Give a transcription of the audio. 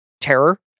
terror